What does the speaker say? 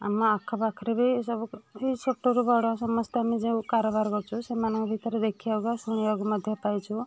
ଆମ ଆଖପାଖରେ ବି ସବୁ ଛୋଟରୁ ବଡ଼ ସମସ୍ତେ ଆମ ଯେଉଁ କାରବାର କରୁଛୁ ସେମାନଙ୍କ ଭିତରେ ଦେଖିବାକୁ ବା ଶୁଣିବାକୁ ମଧ୍ୟ ପାଇଛୁ